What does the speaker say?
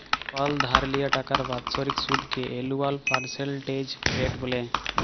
call ধার লিয়া টাকার বাৎসরিক সুদকে এলুয়াল পার্সেলটেজ রেট ব্যলে